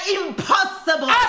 impossible